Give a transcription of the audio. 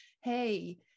Hey